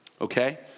Okay